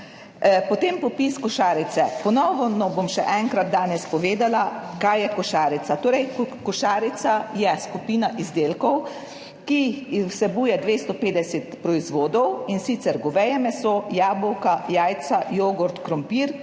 Potem popis košarice. Danes bom še enkrat povedala, kaj je košarica. Torej, košarica je skupina izdelkov, ki vsebuje 250 proizvodov, in sicer goveje meso, jabolka, jajca, jogurt, krompir,